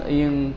yung